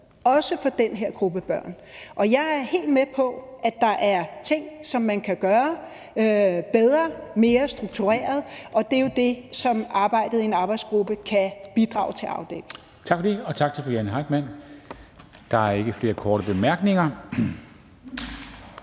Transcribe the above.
også for den her gruppe børn. Og jeg er helt med på, at der er ting, som man kan gøre bedre, mere struktureret, og det er jo det, som arbejdet i en arbejdsgruppe kan bidrage til at afdække.